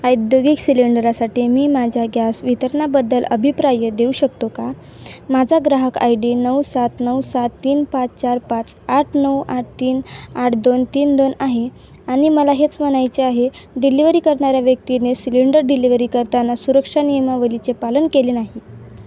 औद्योगिक सिलेंडरसाठी मी माझ्या गॅस वितरणाबद्दल अभिप्राय्य देऊ शकतो का माझा ग्राहक आय डी नऊ सात नऊ सात तीन पाच चार पाच आठ नऊ आठ तीन आठ दोन तीन दोन आहे मला हेच म्हणायचे आहे डिलिव्हरी करणाऱ्या व्यक्तीने सिलेंडर डिलिव्हरी करताना सुरक्षा नियमावलीचे पालन केले नाही